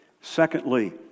secondly